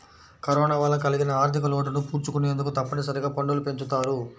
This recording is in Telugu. కరోనా వల్ల కలిగిన ఆర్ధికలోటును పూడ్చుకొనేందుకు తప్పనిసరిగా పన్నులు పెంచుతారు